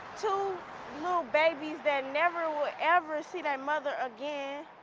so babies and never will ever see their mother again.